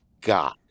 God